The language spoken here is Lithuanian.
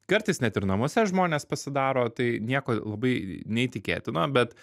kartais net ir namuose žmonės pasidaro tai nieko labai neįtikėtino bet